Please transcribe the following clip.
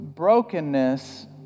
Brokenness